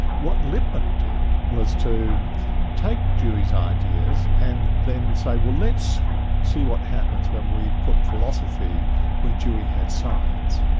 what litman did was to take dewey's ideas and then say, well, let's see what happens when we put philosophy where dewey had science.